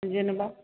जेनेबा